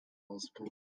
auspuff